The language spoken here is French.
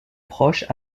proche